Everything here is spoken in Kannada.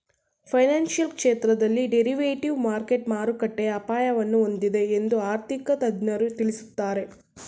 ಫೈನಾನ್ಸಿಯಲ್ ಕ್ಷೇತ್ರದಲ್ಲಿ ಡೆರಿವೇಟಿವ್ ಮಾರ್ಕೆಟ್ ಮಾರುಕಟ್ಟೆಯ ಅಪಾಯವನ್ನು ಹೊಂದಿದೆ ಎಂದು ಆರ್ಥಿಕ ತಜ್ಞರು ತಿಳಿಸುತ್ತಾರೆ